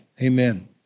Amen